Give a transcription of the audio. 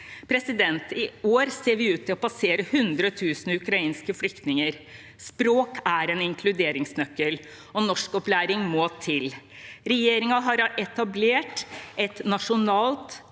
debattert. I år ser vi ut til å passere 100 000 ukrainske flyktninger. Språk er en inkluderingsnøkkel, og norskopplæring må til. Regjeringen har etablert et nasjonalt